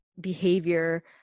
behavior